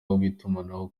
w’itumanaho